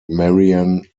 marian